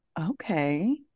Okay